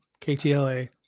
KTLA